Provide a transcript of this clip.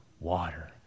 water